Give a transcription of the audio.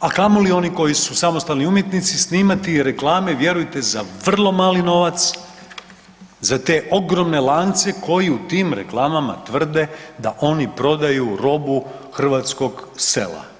a kamoli oni koji su samostalni umjetnici snimati reklame vjerujte za vrlo mali novac, za te ogromne lance koji u tim reklamama tvrde da oni prodaju robu hrvatskog sela.